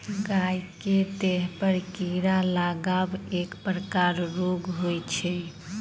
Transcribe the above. गाय के देहपर कीड़ा लागब एक प्रकारक रोग होइत छै